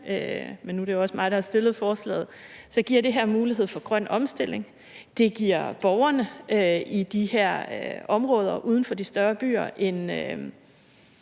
men nu er det jo også mig, der har stillet forslaget – giver det her mulighed for grøn omstilling, det giver borgerne i de her områder uden for de større byer en